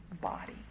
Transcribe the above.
body